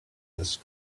this